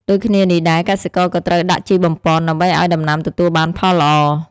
ដូចគ្នានេះដែរ កសិករក៏ត្រូវដាក់ជីបំប៉ន ដើម្បីឲ្យដំណាំទទួលបានផលល្អ។